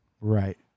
Right